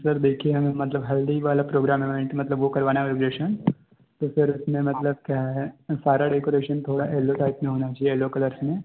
sir देखिये हमें मतलब हल्दी वाला प्रोग्राम हमें मतलब वो करवाना है तो सर मतलब क्या है सारा डेकोरेशन थोड़ा एलो टाइप में होना चाहिए येल्लो कलर्स में